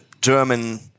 German